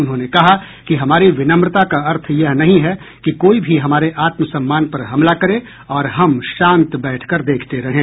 उन्होंने कहा कि हमारी विनम्रता का अर्थ यह नहीं है कि कोई भी हमारे आत्मसम्मान पर हमला करे और हम शांत बैठकर देखते रहें